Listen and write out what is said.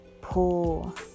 pull